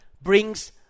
brings